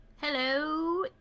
Hello